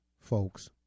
folks